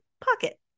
pocket